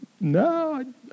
No